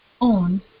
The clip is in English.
own